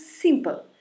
simple